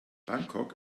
bangkok